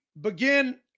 begin